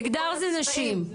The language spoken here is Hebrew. מגדר זה נשים.